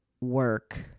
work